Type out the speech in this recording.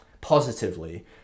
positively